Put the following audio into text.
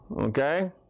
Okay